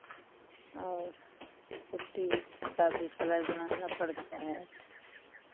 और पुट्टी भी का भी कलर बनाना पड़ता है